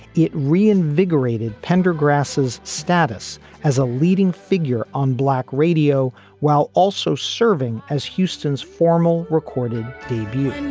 it reinvigorated pendergrast, his status as a leading figure on black radio while also serving as houston's formal recorded debut and